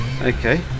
okay